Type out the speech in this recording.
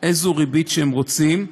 איזו ריבית שהם רוצים.